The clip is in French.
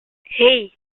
hey